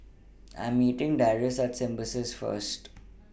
I Am meeting Darrius At Symbiosis First